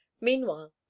meanwhile